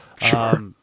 Sure